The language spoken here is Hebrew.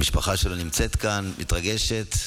המשפחה שלו נמצאת כאן, מתרגשת.